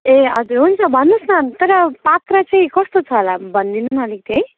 ए हजुर हुन्छ भन्नु होस् न तर पात्र चाहिँ कस्तो छ होला भनिदिनु न अलिकति है